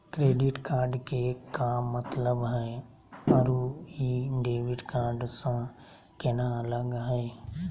Credit card के का मतलब हई अरू ई डेबिट कार्ड स केना अलग हई?